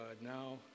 now